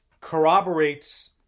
corroborates